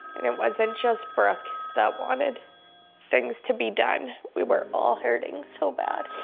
and it wasn't just brooke that wanted things to be done. we were all hurting so bad.